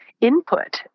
input